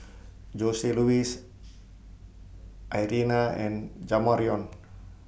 Joseluis Irena and Jamarion